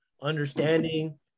understanding